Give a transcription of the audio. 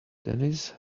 denise